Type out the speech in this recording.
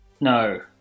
No